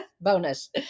Bonus